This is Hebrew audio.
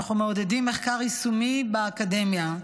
אנחנו מעודדים מחקר יישומי באקדמיה.